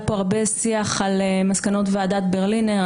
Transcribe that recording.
פה הרבה שיח על מסקנות ועדת ברלינר.